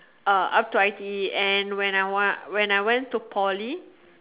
uh up to I_T_E and when I want when I went to Poly